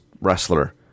wrestler